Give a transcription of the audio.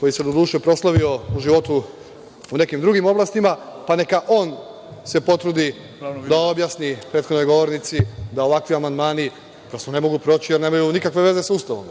koji se, doduše, proslavio u životu u nekim drugim oblastima, pa neka se on potrudi da objasni prethodnoj govornici da ovakvi amandmani, prosto, ne mogu proći jer nemaju nikakve veze za Ustavom.